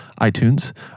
iTunes